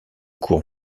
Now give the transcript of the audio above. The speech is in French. cours